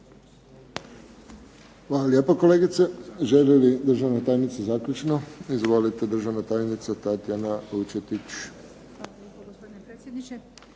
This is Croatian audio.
Hvala lijepo kolegice. Želi li državna tajnica zaključno? Izvolite državna tajnica Tatijana Vučetić. **Vučetić, Tatijana** Hvala lijepo gospodine predsjedniče.